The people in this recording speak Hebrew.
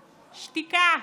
שתיקה,